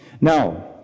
Now